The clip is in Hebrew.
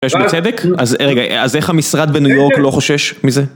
חושש בצדק? אז רגע, אז איך המשרד בניו יורק לא חושש מזה?